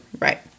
Right